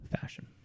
fashion